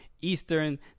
eastern